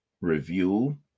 review